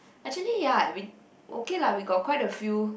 actually ya what we okay lah we got quite a few